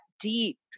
deep